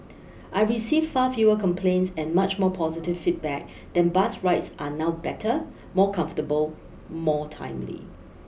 I receive far fewer complaints and much more positive feedback that bus rides are now better more comfortable more timely